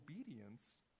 obedience